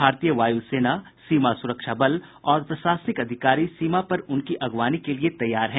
भारतीय वायु सेना सीमा सुरक्षा बल और प्रशासनिक अधिकारी सीमा पर उनकी अगवानी के लिए तैयार है